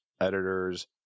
editors